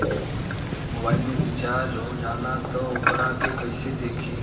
Mobile में recharge हो जाला त वोकरा के कइसे देखी?